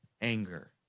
anger